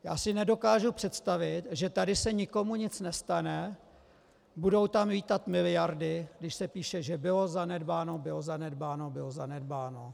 Já si nedokážu představit, že tady se nikomu nic nestane, budou tam lítat miliardy, když se píše, že bylo zanedbáno, bylo zanedbáno, bylo zanedbáno.